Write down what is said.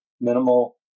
minimal